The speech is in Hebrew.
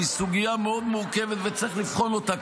היא סוגיה מאוד מורכבת וצריך לבחון אותה,